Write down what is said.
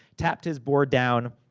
tapped his board down,